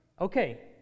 Okay